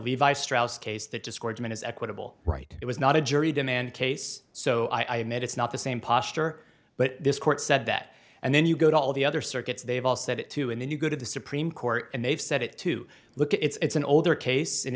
levi strauss case that discouragement is equitable right it was not a jury demand case so i admit it's not the same posture but this court said that and then you go to all the other circuits they've all said it to and then you go to the supreme court and they've said it to look it's an older case